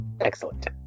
Excellent